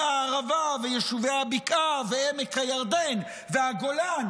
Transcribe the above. הערבה ועל יישובים הבקעה ועל עמק הירדן והגולן,